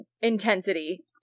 intensity